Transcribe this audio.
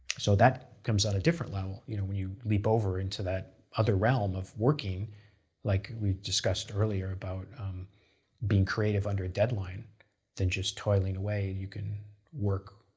so that comes at a different level you know when you leap over into that different realm of working like we discussed earlier about being creative under a deadline than just toiling away you can work,